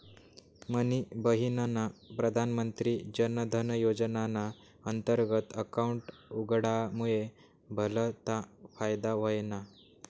मनी बहिनना प्रधानमंत्री जनधन योजनाना अंतर्गत अकाउंट उघडामुये भलता फायदा व्हयना